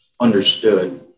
understood